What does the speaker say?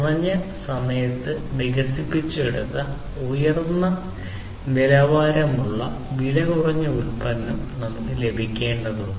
കുറഞ്ഞ സമയത്ത് വികസിപ്പിച്ചെടുത്ത ഉയർന്ന നിലവാരമുള്ള വിലകുറഞ്ഞ ഉൽപ്പന്നം നമുക്ക് ലഭിക്കേണ്ടതുണ്ട്